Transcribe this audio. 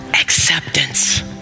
acceptance